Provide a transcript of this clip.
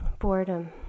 boredom